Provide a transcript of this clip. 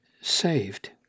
saved